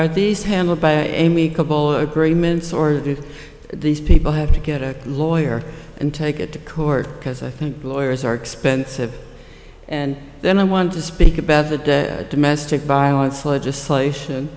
are these handled by amy couple agreements or do these people have to get a lawyer and take it to court because i think the lawyers are expensive and then i want to speak about the domestic violence legislation